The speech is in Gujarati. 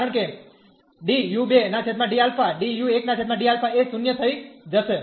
કારણ કે એ 0 થઈ જશે